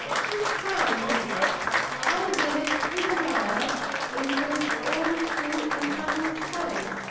too strong, he thought i'll give it to the lawyer in his own cool and cutting style.